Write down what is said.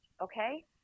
okay